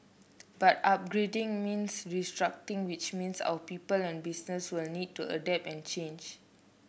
but upgrading means restructuring which means our people and businesses will need to adapt and change